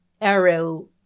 arrow